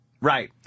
right